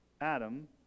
Adam